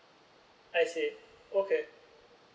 I see okay